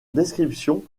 description